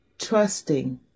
trusting